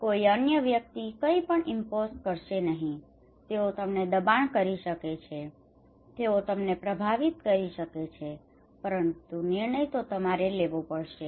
કોઈ અન્ય વ્યક્તિ કંઇપણ ઇમ્પોસ impose નાખવું કરશે નહીં તેઓ તમને દબાણ કરી શકે છે તેઓ તમને પ્રભાવિત કરી શકે છે પરંતુ નિર્ણય તમારે જ લેવો પડશે